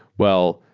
well,